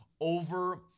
over